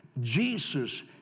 Jesus